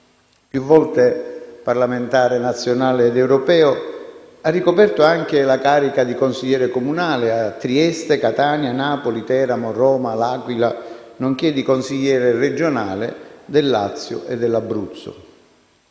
Più volte parlamentare nazionale ed europeo, ha ricoperto anche la carica di consigliere comunale a Trieste, Catania, Napoli, Teramo, Roma e L'Aquila nonché di consigliere regionale del Lazio e dell'Abruzzo.